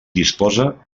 disposa